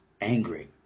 angry